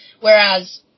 whereas